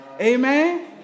Amen